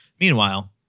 Meanwhile